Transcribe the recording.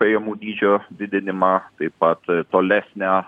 pajamų dydžio didinimą taip pat tolesnę